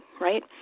right